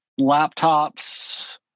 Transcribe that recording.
Laptops